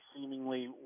seemingly